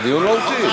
לא, לא זה דיון מהותי.